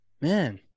man